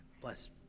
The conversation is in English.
bless